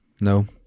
No